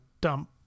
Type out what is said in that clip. dump